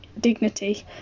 dignity